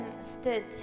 stood